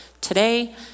today